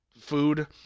food